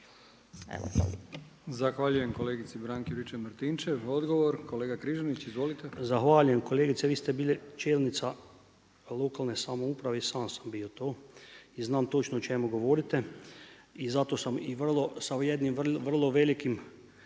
Zahvaljujem kolegici Branki Juričev Martinčev. Odgovor kolega Križanić. Izvolite. **Križanić, Josip (HDZ)** Zahvaljujem kolegice, vi ste bili čelnica lokalne samouprave i sam sam bio to i znam točno o čemu govorite. I zato sam i vrlo, sa jednim vrlo velikim